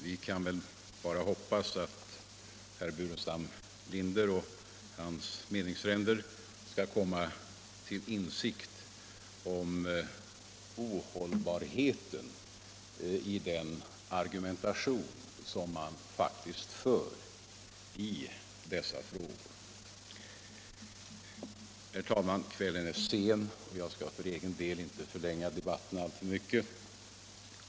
Jag kan bara hoppas att herr Burenstam Linder och hans meningsfränder skall komma till insikt om det ohållbara i den argumentation de för i dessa frågor. Kvällen är sen, och jag skall för egen del inte förlänga debatten alltför mycket.